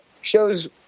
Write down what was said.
shows